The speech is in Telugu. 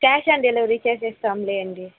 cash on delivery చేసేస్తాంలెండి